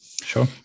Sure